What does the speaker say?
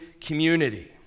community